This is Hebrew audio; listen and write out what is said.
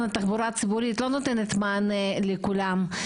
התחבורה הציבורית לא נותנת מענה לכולם.